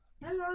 Hello